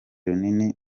runini